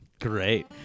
Great